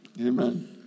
Amen